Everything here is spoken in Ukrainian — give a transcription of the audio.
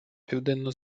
південно